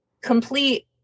complete